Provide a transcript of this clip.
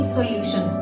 Solution